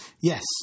Yes